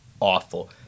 awful